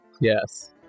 Yes